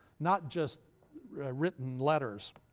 not just written letters.